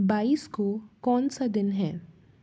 बाईस को कौनसा दिन है